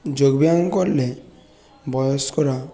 যোগব্যায়াম করলে বয়েস্করা